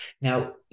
Now